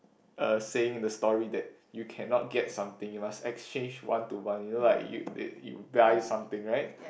uh saying the story that you cannot get something you must exchange one to one you know like you you buy something right